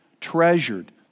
treasured